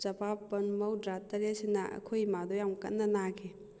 ꯆꯃꯥꯄꯜ ꯃꯧꯗ꯭ꯔꯥ ꯇꯔꯦꯠꯁꯤꯅ ꯑꯩꯈꯣꯏ ꯏꯃꯥꯗꯣ ꯌꯥꯝ ꯀꯟꯅ ꯅꯥꯈꯤ